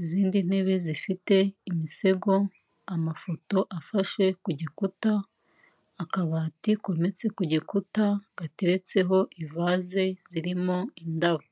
izindi ntebe zifite imisego, amafoto afashe ku gikuta, akabati kometse ku gikuta gateretseho ivaze zirimo indabo.